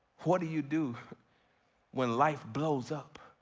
what do you do when life blows up?